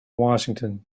washington